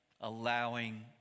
allowing